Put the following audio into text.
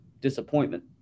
disappointment